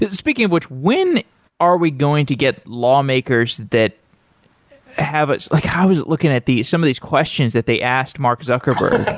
speaking of which, when are we going to get lawmakers that have ah like i was looking at some of these questions that they asked mark zuckerburg.